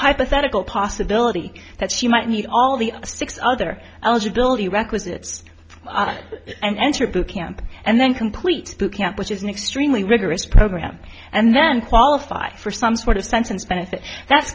hypothetical possibility that she might meet all the six other eligibility requisites and enter boot camp and then complete book camp which is an extremely rigorous program and then qualify for some sort of sentence benefit that's